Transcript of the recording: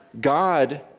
God